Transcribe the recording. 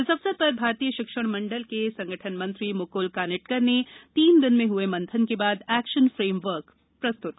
इस अवसर पर भारतीय शिक्षण मंडल के संगठन मंत्री मुक्ल कानिटकर ने तीन दिन में हुए मंथन के बाद एक्शन फ्रेमवर्क प्रस्तुत किया